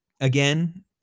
again